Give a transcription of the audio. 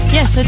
Yes